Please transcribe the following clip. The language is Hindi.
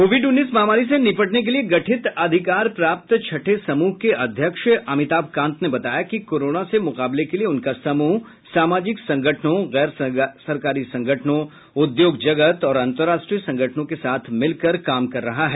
कोविड उन्नीस महामारी से निपटने के लिए गठित अधिकार प्राप्त छठे समूह के अध्यक्ष अमिताभ कांत ने बताया कि कोरोना से मुकाबले के लिए उनका समूह सामाजिक संगठनों गैर सरकारी संगठनों उद्योग जगत और अंतर्राष्ट्रीय संगठनों के साथ मिलकर काम कर रहा है